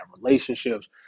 relationships